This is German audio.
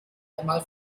einmal